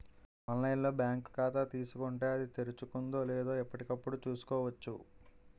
online లో bank ఖాతా తీసుకుంటే, అది తెరుచుకుందో లేదో ఎప్పటికప్పుడు చూసుకోవచ్చు